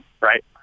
right